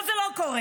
אבל זה לא קורה.